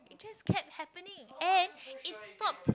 it just cat happening and it not